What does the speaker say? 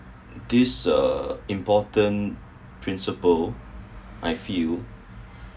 so this uh important principle I feel